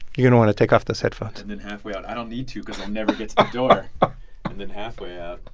you know want to take off those headphones. and then halfway out. i don't need to cause i'll never get to the door and then halfway out